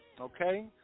Okay